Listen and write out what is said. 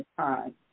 time